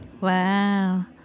Wow